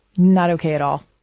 not ok at all